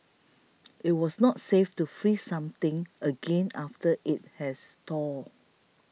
it was not safe to freeze something again after it has thawed